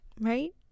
right